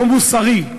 לא מוסרי,